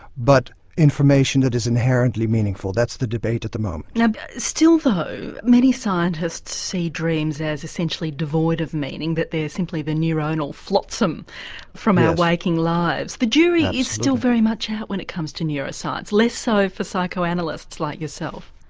but information that is inherently meaningful. that's the debate at the moment. yeah but still though many scientists see dreams as essentially devoid of meaning, that they are simply the neuronal flotsam from our waking lives. the jury is still very much out when it comes to neuroscience, less so for psychoanalysts like yourself.